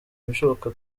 ibishoboka